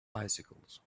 bicycles